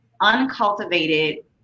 uncultivated